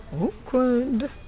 Awkward